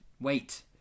wait